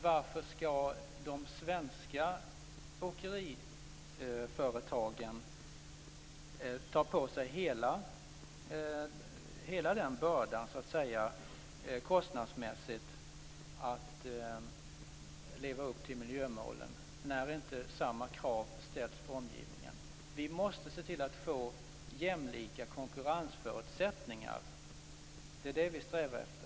Varför skall de svenska åkeriföretagen ta på sig hela bördan kostnadsmässigt för att leva upp till miljömålen när inte samma krav ställs på omgivningen? Vi måste se till att få jämlika konkurrensförutsättningar. Det är det som vi strävar efter.